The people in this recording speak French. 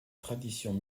tradition